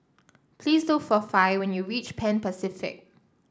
please look for Fae when you reach Pan Pacific